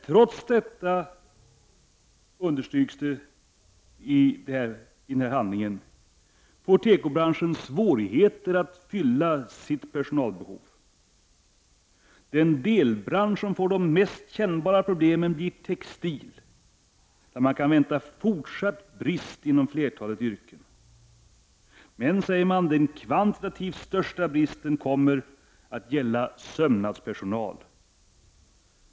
”Trots detta”, understryker man, ”får branschen svårigheter att fylla sitt personalbehov.—-—-—- Den delbransch som får de mest kännbara proble men blir textil, där vi kan vänta fortsatt brist inom flertalet yrken. Men den kvantitativt största bristen kommer ——-— att gälla sömnadspersonal.